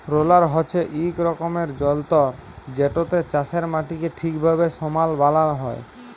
roller হছে ইক রকমের যল্তর যেটতে চাষের মাটিকে ঠিকভাবে সমাল বালাল হ্যয়